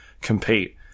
compete